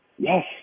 Yes